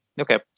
Okay